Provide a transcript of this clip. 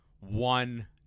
one